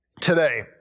today